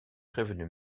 prévenu